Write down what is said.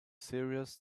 serious